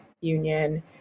union